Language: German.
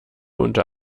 unter